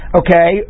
okay